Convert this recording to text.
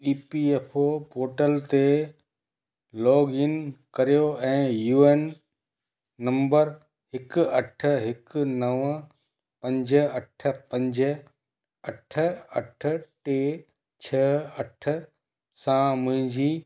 ई P F O portal ते login कर्यो ऐं यू एन नंबर हिकु अठ हिकु नव पंज अठ पंज अठ अठ टे छह अठ सां मुंहिंजी